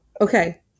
Okay